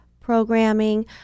Programming